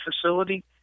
facility